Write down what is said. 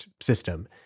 system